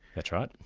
that's right.